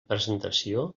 presentació